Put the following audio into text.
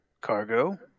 cargo